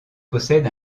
possède